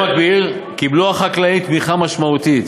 במקביל קיבלו החקלאים תמיכה משמעותית